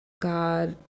god